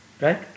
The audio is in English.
Right